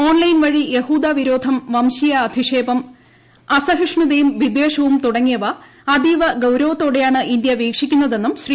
online വഴി യഹൂദ വിരോധം വംശീയ അധിക്ഷേപം അസഹിഷ്ണുതയും തുടങ്ങിയവ വിദ്വേഷവും അതീവ ഗൌരവത്തോടെയാണ് ഇന്ത്യ വീക്ഷിക്കുന്നതെന്നും ശ്രീ